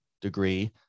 degree